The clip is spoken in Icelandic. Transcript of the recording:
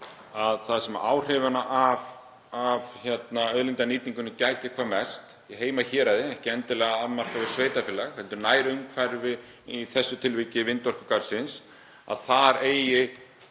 að þar sem áhrifanna af auðlindanýtingunni gætir hvað mest, í heimahéraði, ekki endilega afmarkað við sveitarfélag heldur nærumhverfi í þessu tilviki vindorkugarðsins, að þar eigi